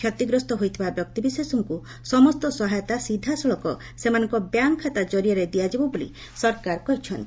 କ୍ଷତିଗ୍ରସ୍ତ ହୋଇଥିବା ବ୍ୟକ୍ତିବିଶେଷଙ୍ଙ୍ ସମସ୍ତ ସହାୟତା ସିଧାସଳଖ ସେମାନଙ୍କ ବ୍ୟାଙ୍କ ଖାତା ଜରିଆରେ ଦିଆଯିବ ବୋଲି ସରକାର କହିଛନ୍ତି